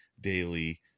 daily